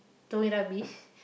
throwing rubbish